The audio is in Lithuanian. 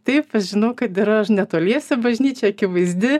taip aš žinau kad yra netoliese bažnyčia akivaizdi